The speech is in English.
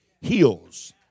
heals